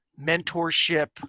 mentorship